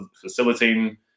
facilitating